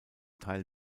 teil